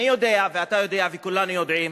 אני יודע ואתה יודע וכולנו יודעים